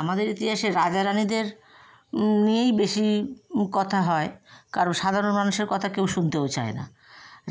আমাদের ইতিহাসে রাজা রানিদের নিয়েই বেশি কথা হয় কারণ সাধারণ মানুষের কথা কেউ শুনতেও চায় না